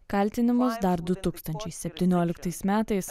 kaltinimus dar du tūkstančiai septynioliktais metais